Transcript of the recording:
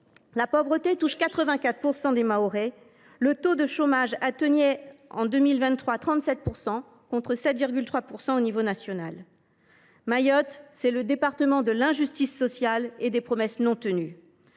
La pauvreté touche 84 % des Mahorais. Le taux de chômage atteignait en 2023 37 %, contre 7,3 % au niveau national. Mayotte est le département de l’injustice sociale et des promesses non tenues.